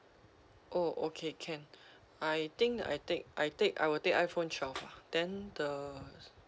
oh okay can I think I take I take I will take iphone twelve lah then the